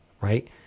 right